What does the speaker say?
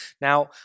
Now